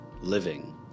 living